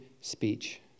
speech